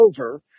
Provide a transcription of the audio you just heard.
over